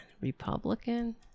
Republican